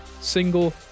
single